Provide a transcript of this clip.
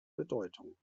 bedeutung